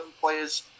players